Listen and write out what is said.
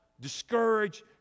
discouraged